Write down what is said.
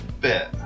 bit